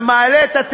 בעיה עם זה.